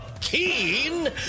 keen